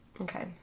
Okay